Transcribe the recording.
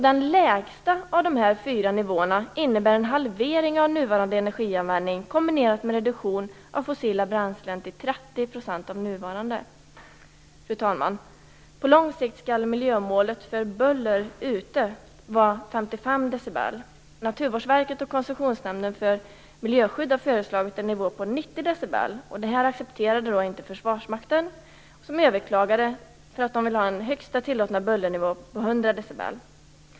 Den lägsta av dessa fyra nivåer innebär en halvering av nuvarande energianvändning kombinerat med en reduktion av fossila bränslen med Fru talman! På lång sikt skall miljömålet för buller utomhus vara 55 decibel. Naturvårdsverket och Koncessionsnämnden för miljöskydd har föreslagit en nivå på 90 decibel. Detta accepterade inte Försvarsmakten, som överklagade eftersom man vill ha en högsta tillåtna bullernivå på 100 decibel.